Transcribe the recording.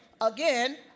again